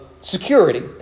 security